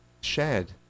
shared